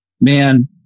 man